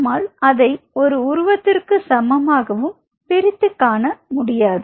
நம்மால் அதை ஒரு உருவத்திற்கு சமமாகவும் பிரித்துக் காண முடியாது